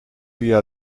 via